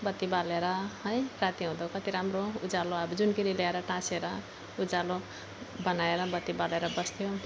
बत्ती बालेर है रातिहुँदो कति राम्रो उज्यालो अब जुनकिरी ल्याएर टाँसेर उज्यालो बनाएर बत्ती बालेर बस्थ्यौँ